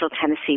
Tennessee